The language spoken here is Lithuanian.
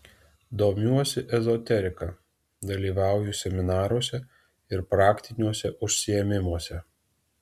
domiuosi ezoterika dalyvauju seminaruose ir praktiniuose užsiėmimuose